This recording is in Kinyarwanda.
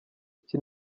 iki